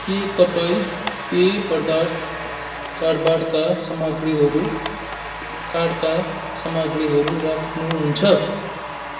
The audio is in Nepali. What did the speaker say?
के तपाईँ पेय पदार्थ चाडबाडका सामग्रीहरू कारका सामग्रीहरू राख्नुहुन्छ